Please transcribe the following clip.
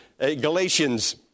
Galatians